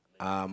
um